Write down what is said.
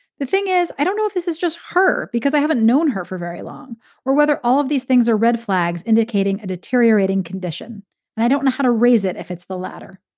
the thing is, i don't know if this is just her because i haven't known her for very long or whether all of these things are red flags indicating a deteriorating condition. and i don't know how to raise it if it's the latter.